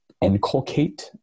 inculcate